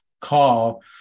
call